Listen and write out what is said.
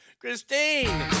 Christine